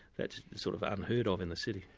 that's sort of unheard-of in the city.